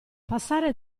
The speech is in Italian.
passare